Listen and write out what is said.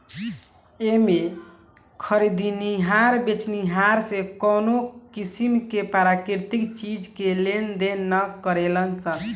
एमें में खरीदनिहार बेचनिहार से कवनो किसीम के प्राकृतिक चीज के लेनदेन ना करेलन सन